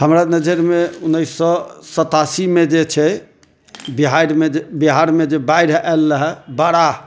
हमरा नजैर मे उन्नीस सए सतासी मे जे छै बिहार मे जे बाढ़ि आयल रहय बड़ा